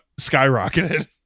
skyrocketed